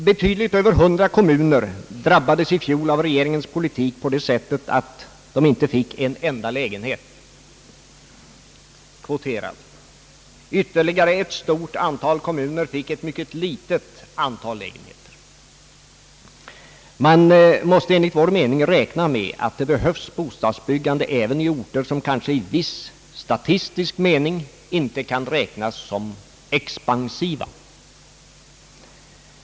Betydligt över 100 kommuner drabbades i fjol av regeringens politik på det sättet att de inte fick en enda lägenhet kvoterad. Ytterligare ett stort antal kommuner fick ett mycket litet antal lägenheter. Man måste enligt vår mening räkna med att det behövs bostadsbyggande även i orter som kanske i viss statistisk mening inte kan räknas som expansiva.